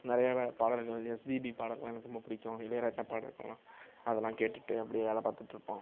நிறையவே பாடல்கள் எஸ்பிபி பாடல்கள்லாம் எனக்கு ரொம்ப பிடிக்கும் இளையராஜா பாடல்கள்லாம் அதெல்லாம் கேட்டுட்டு அப்படியே வேலை பார்த்துட்ருப்போம்